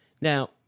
Now